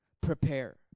Prepare